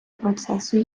процесу